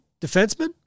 defenseman